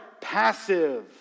passive